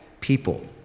people